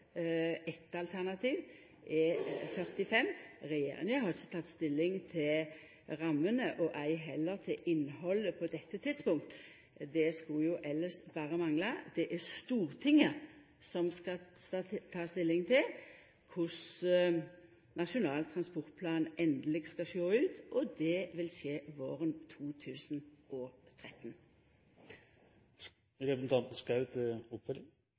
Eitt alternativ er 45 pst. pluss. Regjeringa har ikkje teke stilling til rammene, ei heller til innhaldet, på dette tidspunktet. Det skulle jo elles berre mangla. Det er Stortinget som skal ta stilling til korleis Nasjonal transportplan endeleg skal sjå ut, og det vil skje våren 2013.